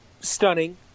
Stunning